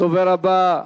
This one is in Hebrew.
הדובר הבא,